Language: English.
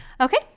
Okay